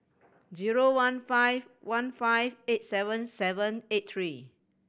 zero one five one five eight seven seven eight three